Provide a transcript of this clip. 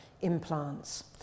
implants